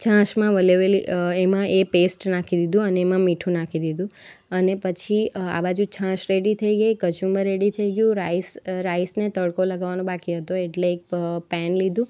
છાશમાં વલોવેલી એમાં એ પેસ્ટ નાખી દીધો અને એમાં મીઠું નાખી દીધું અને પછી આ બાજુ છાશ રેડી થઈ ગઈ કચુંબર રેડી થઈ ગયું રાઈસ રાઈસને તડકો લગાવાનો બાકી હતો એટલે એક પેન લીધું